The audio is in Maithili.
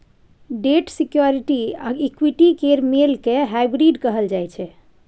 डेट सिक्युरिटी आ इक्विटी केर मेल केँ हाइब्रिड कहल जाइ छै